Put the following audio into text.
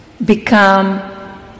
Become